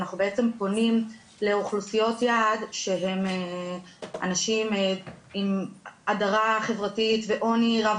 אנחנו פונים לאוכלוסיות יעד שהם אנשים עם הדרה חברתית ועוני רב